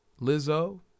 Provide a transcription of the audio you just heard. Lizzo